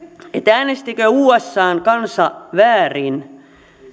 äänestikö usan kansa väärin